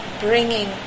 bringing